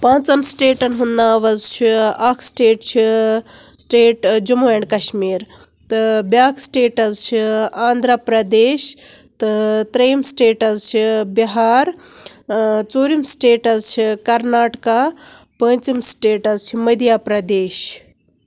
پانژن سِٹیٹن ہنٛد ناو حظ چھُ اکھ سِٹیٹ چھِ سِٹیٹ جمو آینڈ کشمیٖر تہِ بیاکھ سِٹیٹ حظ چھِ آندھرا پردیش تہٕ تریِم سِٹیٹ حظ چھِ بِہار إں ژوٗرِم سِٹیٹ حظ چھِ کرناٹٕکا پوٗنژِم سٹیٹ حظ چھِ مدیا پردیش